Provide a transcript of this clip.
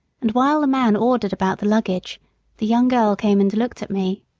and while the man ordered about the luggage the young girl came and looked at me.